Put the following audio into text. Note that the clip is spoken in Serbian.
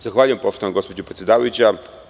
Zahvaljujem, poštovana gospođo predsedavajuća.